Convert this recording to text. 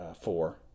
Four